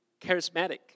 charismatic